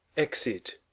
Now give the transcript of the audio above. exit